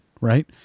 right